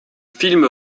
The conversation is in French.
film